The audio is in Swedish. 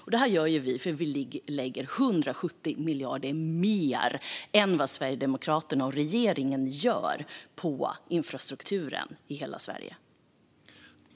Vi lägger sammanlagt 170 miljarder mer på Sveriges infrastruktur än vad Sverigedemokraterna och regeringen gör.